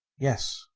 yes.